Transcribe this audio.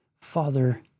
Father